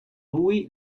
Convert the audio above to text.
lui